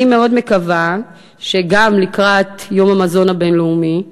אני מאוד מקווה שגם לקראת יום המזון הבין-לאומי,